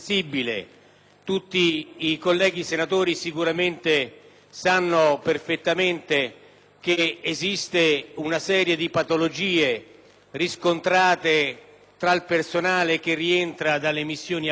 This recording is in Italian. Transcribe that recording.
Come i colleghi sanno perfettamente, esiste una serie di patologie riscontrate tra il personale che rientra dalle missioni all'estero.